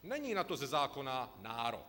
Není na to ze zákona nárok.